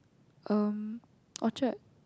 um Orchard